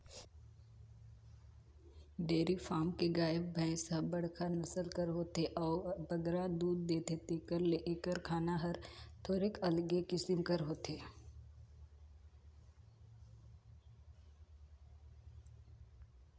dairy farm के गाय, भंइस ह बड़खा नसल कर होथे अउ बगरा दूद देथे तेकर ले एकर खाना हर थोरोक अलगे किसिम कर होथे